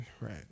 Right